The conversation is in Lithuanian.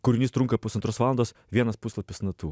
kūrinys trunka pusantros valandos vienas puslapis natų